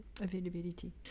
availability